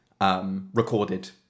recorded